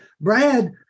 Brad